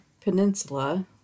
Peninsula